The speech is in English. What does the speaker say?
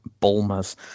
Bulmers